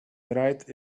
right